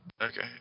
Okay